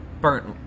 burnt